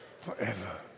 forever